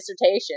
dissertation